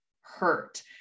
hurt